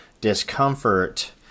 discomfort